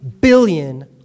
billion